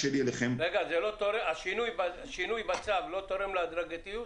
השינוי בצו לא תורם להדרגתיות?